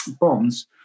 bonds